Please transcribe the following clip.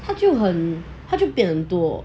他就很他就变多